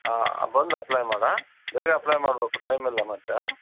ಬಂದು ಅಪ್ಲೈ ಮಾಡು ಆಂ ಬೇಗ ಅಪ್ಲೈ ಮಾಡ್ಬೋಕು ಟೈಮ್ ಇಲ್ಲ ಮತ್ತೆ ಆಂ